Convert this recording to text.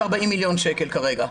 940 מיליון שקלים כרגע.